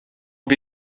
wie